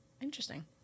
Interesting